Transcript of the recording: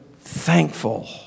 thankful